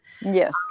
Yes